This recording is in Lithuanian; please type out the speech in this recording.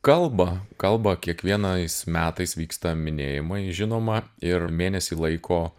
kalba kalba kiekvienais metais vyksta minėjimai žinoma ir mėnesį laiko